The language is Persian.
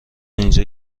اینجا